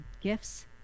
gifts